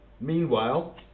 Meanwhile